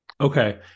okay